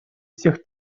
всех